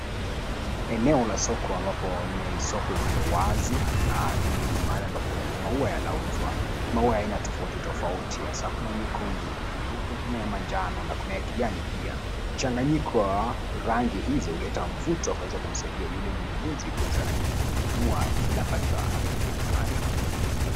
Eneo la soko ambapo ni soko lililo wazi na ni mahali ambapo maua yanauzwa. Maua ya aina tofauti tofauti jhasa kuna nyekundu, kuna nyeupe, kuna ya manjano na kuna ya kijani pia. Mchanganyiko wa rangi hizi huleta mvuto kuweza kumsaidia yule mnunuzi kuweza kununua kile ambacho amependezwa nacho.